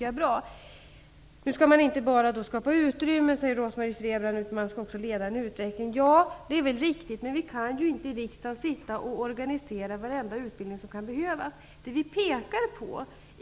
Rose-Marie Frebran säger att man inte bara skall skapa ett utrymme utan leda en utveckling. Det är väl riktigt. Men i riksdagen kan vi ju inte organisera varenda utbildning som kan komma att behövas.